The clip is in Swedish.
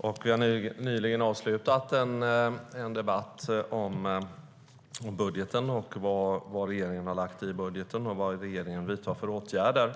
fråga. Vi har nyligen avslutat en debatt om vad regeringen föreslår i budgeten och vad regeringen vidtar för åtgärder.